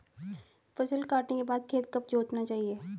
फसल काटने के बाद खेत कब जोतना चाहिये?